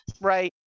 right